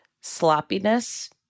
sloppiness